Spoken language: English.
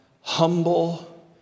humble